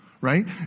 right